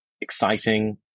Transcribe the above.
exciting